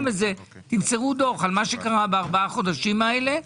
תמסרו דוח על מה שקרה בארבעה החודשים הללו,